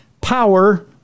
power